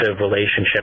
relationship